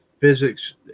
physics